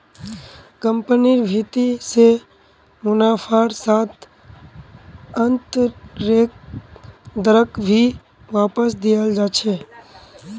कम्पनिर भीति से मुनाफार साथ आन्तरैक दरक भी वापस दियाल जा छे